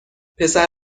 پسر